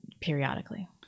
periodically